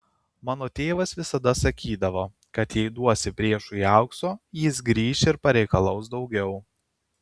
mano tėvas visada sakydavo kad jei duosi priešui aukso jis grįš ir pareikalaus daugiau